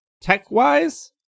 tech-wise